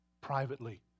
privately